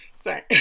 Sorry